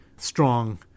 strong